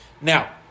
Now